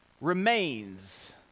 remains